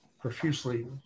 profusely